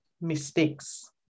mistakes